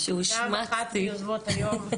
גם אחת מיוזמות היום.